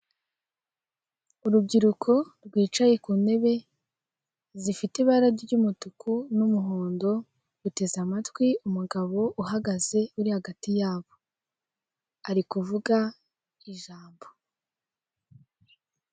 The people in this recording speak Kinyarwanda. Urubyiruko rwicaye ku ntebe zifite ibara ry'umutuku n'umuhondo ruteze amatwi umugabo uhagaze uri hagati yabo ari kuvuga ijambo.